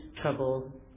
trouble